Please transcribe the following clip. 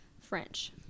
french